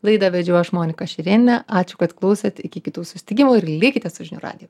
laidą vedžiau aš monika šerėnienė ačiū kad klausėte iki kitų susitikimų ir likite su žinių radiju